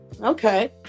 Okay